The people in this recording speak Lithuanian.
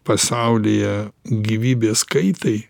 pasaulyje gyvybės kaitai